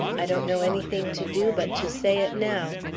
i don't know anything to do but to say it now.